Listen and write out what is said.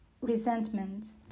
resentment